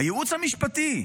הייעוץ המשפטי,